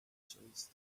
chose